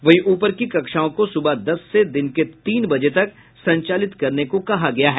वहीं ऊपर की कक्षाओं को सुबह दस से दिन के तीन बजे तक संचालित करने को कहा गया है